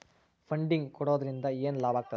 Funding ಕೊಡೊದ್ರಿಂದಾ ಏನ್ ಲಾಭಾಗ್ತದ?